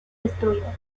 destruidas